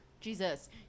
Jesus